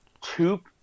two